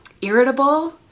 irritable